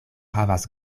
havas